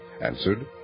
answered